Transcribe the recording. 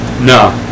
No